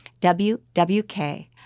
WWK